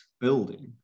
building